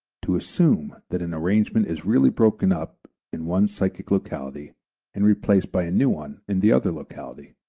to assume that an arrangement is really broken up in one psychic locality and replaced by a new one in the other locality.